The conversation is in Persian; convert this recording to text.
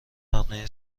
مقنعه